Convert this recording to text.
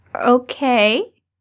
Okay